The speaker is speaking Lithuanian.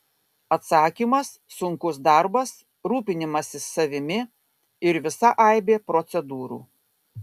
atsakymas sunkus darbas rūpinimasis savimi ir visa aibė procedūrų